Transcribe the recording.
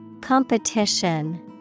Competition